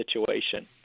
situation